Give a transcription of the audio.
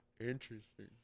Interesting